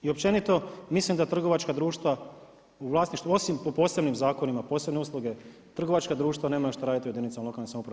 I općenito, mislim da trgovačka društva u vlasništvu, osim po posebnim zakonima, posebne usluge, trgovačka društva nemaju šta raditi u jedinicama lokalne samouprave.